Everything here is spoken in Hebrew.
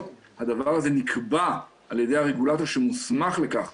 והדבר הזה נקבע על ידי הרגולטור שמוסמך לכך